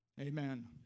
Amen